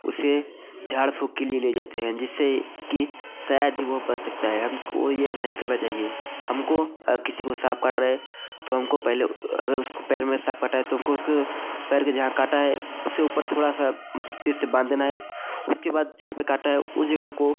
उसे झाड़ फूक के लिए ले जाते हैं जिससे कि शायद ही वो बच सकता है हमको यह नहीं करना चाहिए हमको अ किसी को साँप काट रहा है तो हमको पहले अगर उसको पैर में साँप काटा है तो हमको उसको पैर के जहाँ काटा है उसके ऊपर थोड़ा सा तेज से बांध देना है उसके बाद जहाँ पर काटा है उस जगह को